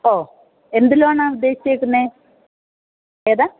ഓ എന്തു ലോണാണ് ഉദ്ദേശിച്ചിരിക്കുന്നേ ഏതാണ്